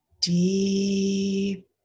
deep